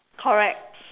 correct